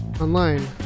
online